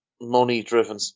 money-driven